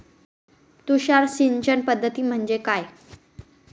तुषार सिंचन पद्धती म्हणजे काय?